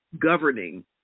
governing